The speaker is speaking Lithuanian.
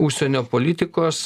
užsienio politikos